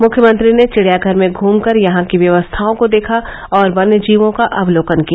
मुख्यमंत्री ने चिडियाघर में घमकर यहां की व्यवस्थाओं को देखा और वन्यजीवों का अवलोकन किया